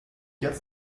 jetzt